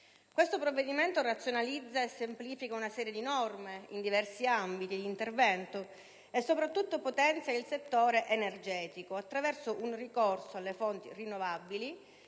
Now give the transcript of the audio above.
Questo provvedimento razionalizza e semplifica una serie di norme in diversi ambiti di intervento e, soprattutto, potenzia il settore energetico attraverso un ricorso alle fonti rinnovabili,